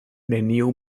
neniu